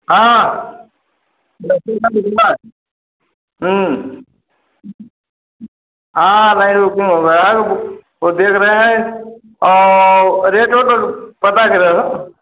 हाँ हाँ भाई रुको देख रहे हैं और रेट ओट पता चलेगा